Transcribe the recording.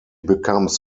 becomes